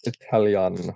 Italian